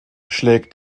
schlägt